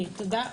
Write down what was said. תודה.